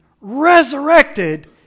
resurrected